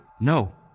No